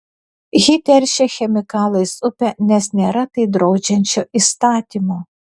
ji teršia chemikalais upę nes nėra tai draudžiančio įstatymo